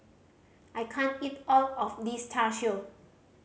I can't eat all of this Char Siu